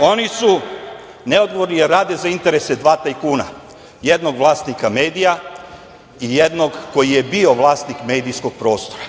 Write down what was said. Oni su neodgovorni jer rade za interese dva tajkuna, jednog vlasnika medija i jednog koji je bio vlasnik medijskog prostora